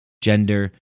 gender